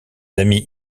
amis